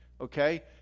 Okay